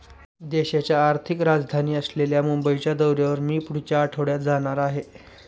देशाची आर्थिक राजधानी असलेल्या मुंबईच्या दौऱ्यावर मी पुढच्या आठवड्यात जाणार आहे